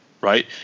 right